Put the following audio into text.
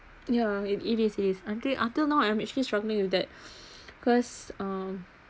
yeah it it it is until until now I am actually struggling with that because um